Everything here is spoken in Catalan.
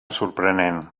sorprenent